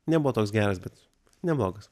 nebuvo toks geras bet neblogas